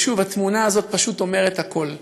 ושוב התמונה הזאת פשוט אומרת הכול: